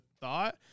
thought